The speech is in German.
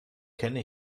kenne